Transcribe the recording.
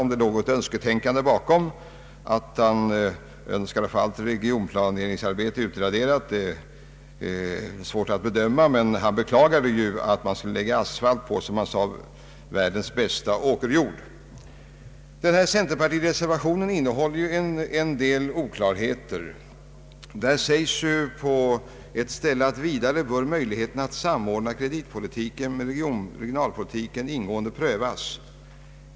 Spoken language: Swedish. Om det låg ett önsketänkande bakom och han önskade få allt regionplaneringsarbete utraderat är svårt att bedöma, men han beklagade ju att det skall, som han sade, läggas asfalt på världens bästa åkerjord. Centerpartireservationen innehåller en del oklarheter. Där sägs på ett ställe: ”Vidare bör möjligheterna att samordna kreditpolitiken med regionalpolitiken ingående prövas.